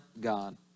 God